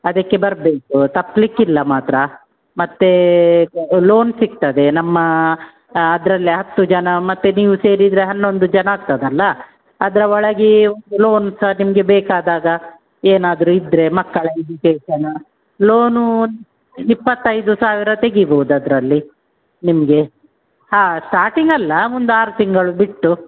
ಅದಕ್ಕೆ ಬರಬೇಕು ತಪ್ಪಲಿಕ್ಕಿಲ್ಲ ಮಾತ್ರ ಮತ್ತೆ ಲೋನ್ ಸಿಗ್ತದೆ ನಮ್ಮ ಅದ್ರಲ್ಲೆ ಹತ್ತು ಜನ ಮತ್ತೆ ನೀವು ಸೇರಿದರೆ ಹನ್ನೊಂದು ಜನ ಆಗ್ತದಲ್ಲ ಅದರ ಒಳಗೆ ಒಂದು ಲೋನ್ ಸಹ ನಿಮಗೆ ಬೇಕಾದಾಗ ಏನಾದರು ಇದ್ದರೆ ಮಕ್ಕಳ ಎಜುಕೇಷನು ಲೋನೂ ಒಂದು ಇಪ್ಪತೈದು ಸಾವಿರ ತೆಗಿಬೋದು ಅದರಲ್ಲಿ ನಿಮಗೆ ಹಾಂ ಸ್ಟಾರ್ಟಿಂಗ್ ಅಲ್ಲ ಒಂದು ಆರು ತಿಂಗಳು ಬಿಟ್ಟು